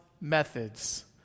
methods